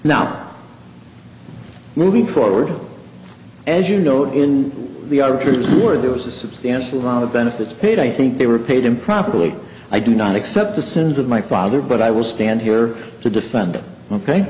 now moving forward as you note in the arguments were there was a substantial amount of benefits paid i think they were paid improperly i do not accept the sins of my father but i will stand here to defend them ok